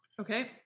Okay